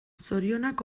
zorionak